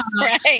Right